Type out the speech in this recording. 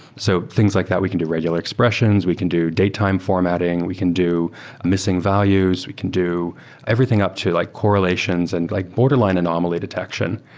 so things like that. we can do regular expressions. we can do daytime formatting. we can do missing values. we can do everything up to like correlations and like borderline anomaly detection.